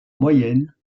moyenne